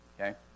Okay